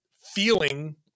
feeling